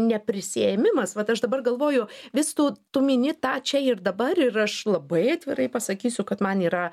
neprisiėmimas vat aš dabar galvoju vis tu tu mini tą čia ir dabar ir aš labai atvirai pasakysiu kad man yra